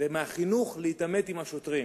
להתעמת עם השוטרים,